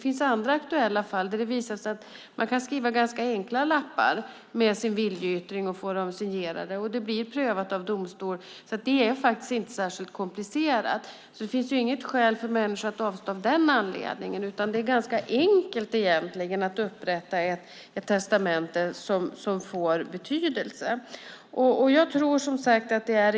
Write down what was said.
I andra aktuella fall har man skrivit ganska enkla lappar med sin viljeyttring och fått dem signerade, och det blir prövat av domstol. Det är alltså inte särskilt komplicerat. Det finns inget skäl för människor att avstå av den anledningen, utan det är ganska enkelt att upprätta ett testamente som får betydelse.